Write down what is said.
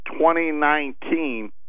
2019